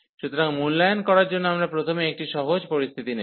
সুতরাং মূল্যায়ন করার জন্য আমরা প্রথমে একটি সহজ পরিস্থিতি নেব